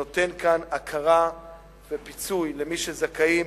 נותן כאן הכרה ופיצוי למי שזכאים,